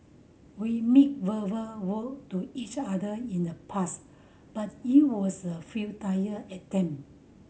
we made verbal vow to each other in the past but it was a futile attempt